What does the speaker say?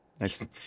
nice